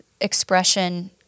expression